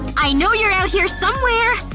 i know you're out here somewhere!